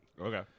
Okay